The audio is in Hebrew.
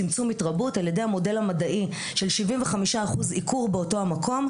צמצום התרבות על ידי המודל המדעי של 75% עיקור באותו המקום.